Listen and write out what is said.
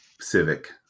civic